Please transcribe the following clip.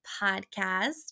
podcast